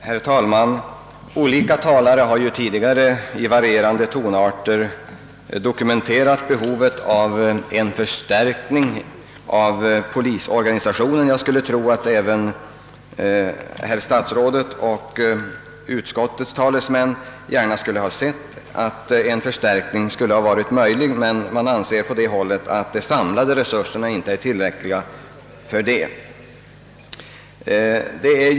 Herr talman! Olika talare har tidigare i varierande tonarter dokumenterat behovet av en förstärkning av polisorganisationen. Jag skulle tro att även herr statsrådet och utskottets talesmän gärna skulle ha sett att en förstärkning varit möjlig, men man anser på det hållet att de samlade resurserna inte är tillräckliga för en sådan.